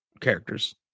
characters